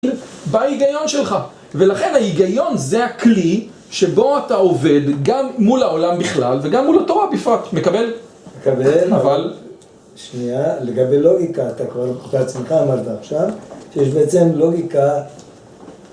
בא ההיגיון שלך, ולכן ההיגיון זה הכלי שבו אתה עובד גם מול העולם בכלל וגם מול התורה בפרט, מקבל? -מקבל, אבל... שנייה, לגבי לוגיקה אתה קורא... אתה בעצמך אמרת עכשיו, שיש בעצם לוגיקה...